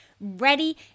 ready